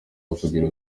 ukugira